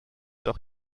doch